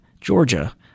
Georgia